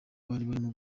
barimo